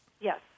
Yes